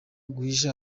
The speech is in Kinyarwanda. guhisha